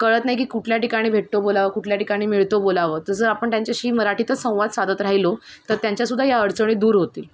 कळत नाही की कुठल्या ठिकाणी भेटतो बोलावं कुठल्या ठिकाणी मिळतो बोलावं तर जर आपण त्यांच्याशी मराठीतच संवाद साधत राहिलो तर त्यांच्यासुद्धा ह्या अडचणी दूर होतील